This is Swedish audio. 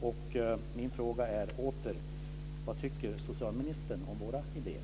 Min fråga är åter: Vad tycker socialministern om våra idéer?